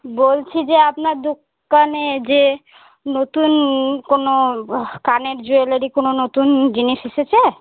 বলছি যে আপনার দোকানে যে নতুন কোনো কানের জুয়েলারি কোনো নতুন জিনিস এসেছে